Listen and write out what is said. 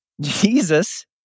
Jesus